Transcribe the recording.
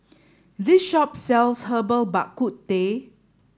this shop sells Herbal Bak Ku Teh